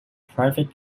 private